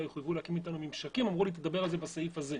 יחויבו להקים איתנו ממשקים אמרו לי שאני אדבר על זה בסעיף הזה.